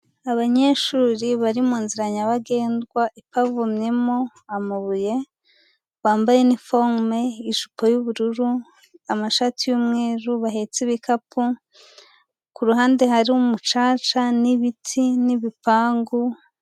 Abanyeshuri bari mu nzirara nyabagendwa ipavomyemo amabuye, bambaye iniforume, ijipo y'ubururu, amashati y'umweru, bahetsi ibikapu, ku ruhande hari umucaca n'ibiti n'ibipangu...